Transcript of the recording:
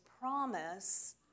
promise